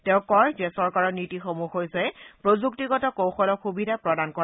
তেওঁ কয় যে চৰকাৰৰ নীতি সমূহ হৈছে প্ৰযুক্তিগত কৌশলক সুবিধা প্ৰদান কৰা